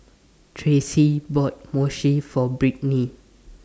Tracee bought Mochi For Brittni